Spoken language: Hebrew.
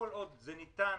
כל עוד זה ניתן